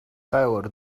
tyler